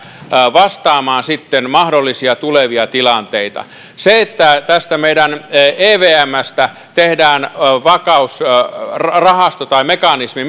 vastaamaan mahdollisia tulevia tilanteita se että tästä meidän evmstä tehdään vakausrahasto tai mekanismi